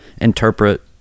interpret